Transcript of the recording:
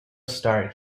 start